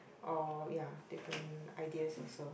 or ya different ideas also